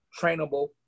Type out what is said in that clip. trainable